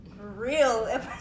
real